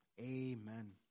Amen